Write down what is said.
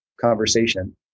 conversation